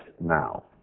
now